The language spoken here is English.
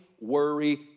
worry